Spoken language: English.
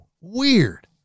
weird